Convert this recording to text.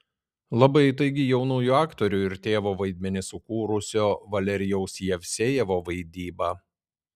labai įtaigi jaunųjų aktorių ir tėvo vaidmenį sukūrusio valerijaus jevsejevo vaidyba